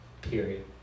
period